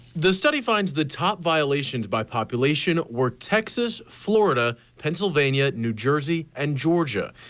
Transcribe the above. the study finds the top violations by population were texas, florida, pennsylvania, new jersey, and georgia.